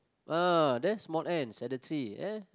ah there small ants at the tree eh